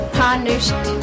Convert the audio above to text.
punished